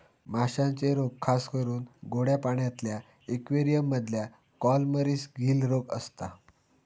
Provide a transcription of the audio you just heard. माश्यांचे रोग खासकरून गोड्या पाण्यातल्या इक्वेरियम मधल्या कॉलमरीस, गील रोग असता